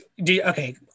Okay